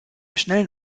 schnellen